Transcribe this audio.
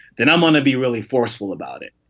then i'm on to be really forceful about it.